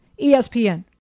ESPN